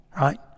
right